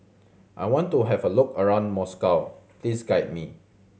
I want to have a look around Moscow please guide me